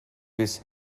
with